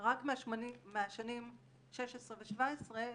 שרק מהשנים 16' ו-17'